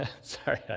Sorry